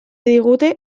digute